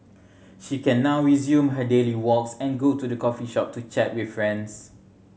she can now resume her daily walks and go to the coffee shop to chat with friends